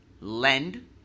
lend